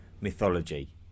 mythology